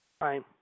Right